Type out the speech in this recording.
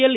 L